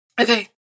okay